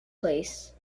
place